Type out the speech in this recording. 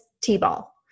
T-ball